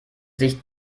sich